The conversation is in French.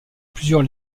plusieurs